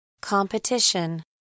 Competition